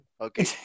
okay